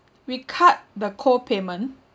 we cut the co-payment